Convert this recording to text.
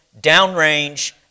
downrange